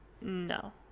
No